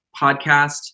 podcast